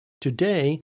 today